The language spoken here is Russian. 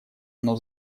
оно